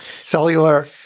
cellular